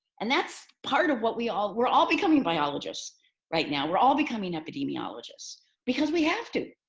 and that's part of what we all we're all becoming biologists right now. we're all becoming epidemiologists because we have to.